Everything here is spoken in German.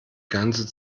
ganze